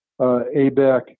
ABEC